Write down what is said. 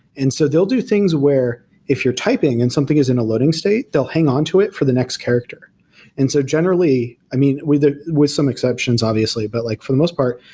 and so they'll do things where if you're typing and something is in a loading state, they'll hang on to it for the next character and so generally, i mean, whether with some exceptions obviously, but like for the most part,